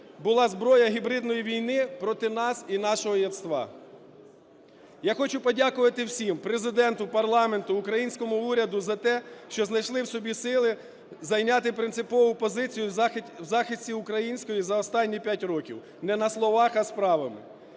була зброя гібридної війни проти нас і нашого єства. Я хочу подякувати всім: Президенту, парламенту, українському уряду - за те, що знайшли в собі сили зайняти принципову позицію в захисті української за останні п'ять років не на словах, а справами.